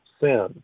sin